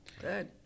Good